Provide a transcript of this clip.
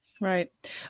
Right